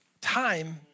time